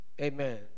Amen